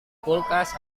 kulkas